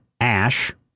Ash